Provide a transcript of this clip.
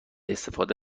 استفاده